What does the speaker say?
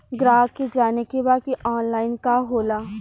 ग्राहक के जाने के बा की ऑनलाइन का होला?